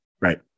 right